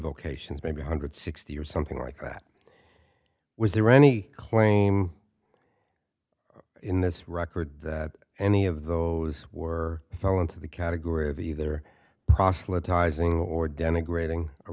vocations maybe a hundred sixty or something like that was there any claim in this record that any of those were fell into the category of either proselytizing or denigrating